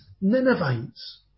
Ninevites